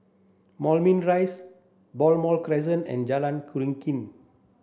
Moulmein Rise Balmoral Crescent and Jalan Keruing